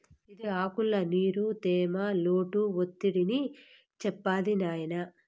ఇది ఆకుల్ల నీరు, తేమ, లోటు ఒత్తిడిని చెప్తాది నాయినా